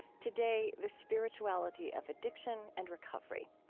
today, the spirituality of addiction and recovery.